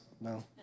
No